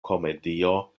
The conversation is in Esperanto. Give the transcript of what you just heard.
komedio